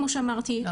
כמו שאמרתי,